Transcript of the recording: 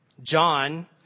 John